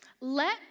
let